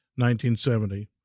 1970